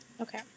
Okay